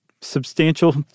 substantial